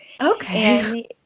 okay